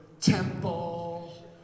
temple